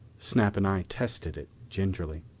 snap and i tested it gingerly.